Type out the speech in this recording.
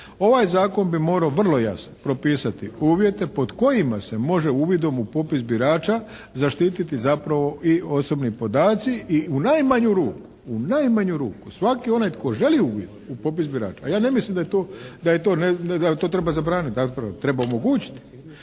ovaj Zakon bi morao vrlo jasno propisati uvjete pod kojima se može uvidom u popis birača zaštiti zapravo i osobni podaci i u najmanju ruku, u najmanju ruku svaki onaj tko želi uvid u popis birača, a ja ne mislim da je to, da je to, ne da to treba zabraniti